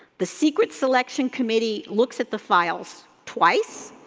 the secret selection committee looks at the files twice,